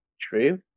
True